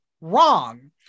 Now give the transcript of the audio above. Wrong